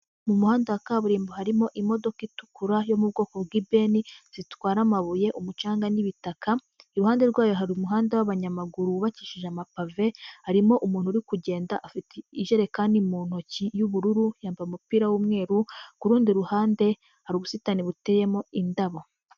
Mu muhanda wa kaburimbo harimo imodoka itukura yo mu bwoko bw'ibeni zitwara amabuye, umucanga n'ibitaka, iruhande rwayo hari umuhanda w'abanyamaguru wubakishije amapave, harimo umuntu uri kugenda, afite ijerekani mu ntoki y'ubururu, yambaye umupira w'umweru, ku rundi ruhande hari ubusitani buteyemo indabo.